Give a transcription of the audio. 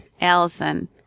Allison